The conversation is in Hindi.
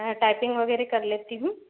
टाइपिंग वगैरह कर लेती हूँ